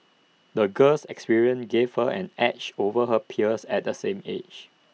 the girl's experiences gave her an edge over her peers at the same age